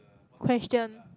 question